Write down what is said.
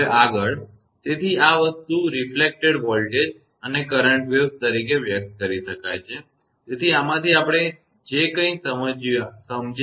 આગળ તેથી આ વસ્તુ પ્રતિબિંબિત વોલ્ટેજ અને કરંટ તરંગો તરીકે વ્યક્ત કરી શકાય છે તેથી આમાંથી આપણે જે કઇ સમજાવ્યું છે